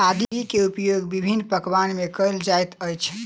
आदी के उपयोग विभिन्न पकवान में कएल जाइत अछि